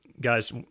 guys